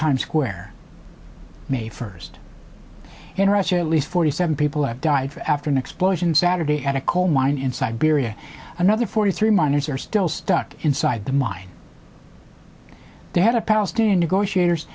times square may first in russia at least forty seven people have died after an explosion saturday at a coal mine in siberia another forty three miners are still stuck inside the mine they had a palestinian negotiators